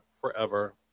forever